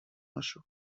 بشو